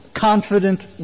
confident